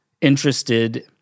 interested